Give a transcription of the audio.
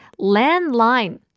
landline